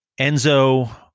Enzo